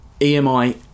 emi